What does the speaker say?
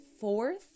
fourth